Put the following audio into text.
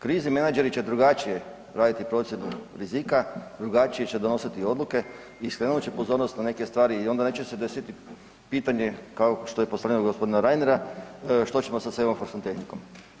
Krizni menadžeri će drugačije raditi procjenu rizika, drugačije će donositi odluke i skrenut će pozornost na neke stvari i onda neće se desiti pitanje kao što je postavljeno g. Reinera što ćemo sa semaforskom tehnikom.